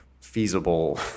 feasible